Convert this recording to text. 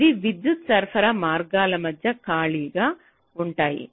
అవి విద్యుత్ సరఫరా మార్గాల మధ్య ఖాళీగా ఉంటాయి